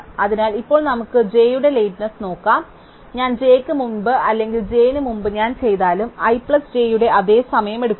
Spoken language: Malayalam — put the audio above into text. അതിനാൽ ഇപ്പോൾ നമുക്ക് j യുടെ ലേറ്റ്നെസ് നോക്കാം അതിനാൽ ഞാൻ j യ്ക്ക് മുമ്പ് അല്ലെങ്കിൽ j ന് മുമ്പ് ഞാൻ ചെയ്താലും i j യുടെ അതേ സമയം എടുക്കുന്നു